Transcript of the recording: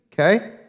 okay